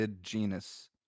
genus